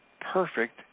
perfect